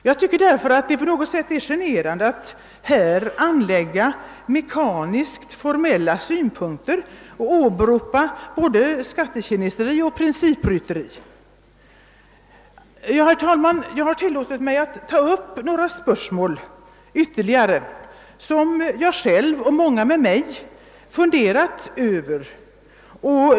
Jag tycker därför att det är på något sätt generande att här anlägga mekaniskt formella synpunkter och åberopa både skattekineseri och principrytteri. Herr talman! Jag har tillåtit mig att ta upp några spörsmål ytterligare, som jag själv och många med mig funderai över.